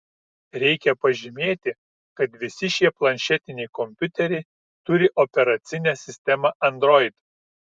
reikia pažymėti kad visi šie planšetiniai kompiuteriai turi operacinę sistemą android